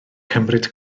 cymryd